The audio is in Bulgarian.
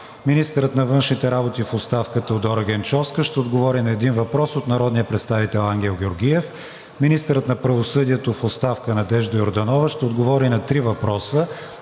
Министърът на външните работи в оставка Теодора Генчовска ще отговори на един въпрос от народния представител Ангел Георгиев. 3. Министърът на правосъдието в оставка Надежда Йорданова ще отговори на три въпроса